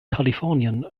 kalifornien